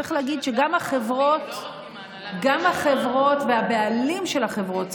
צריך להגיד שגם החברות וגם הבעלים של החברות,